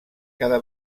cada